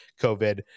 COVID